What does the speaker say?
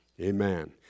Amen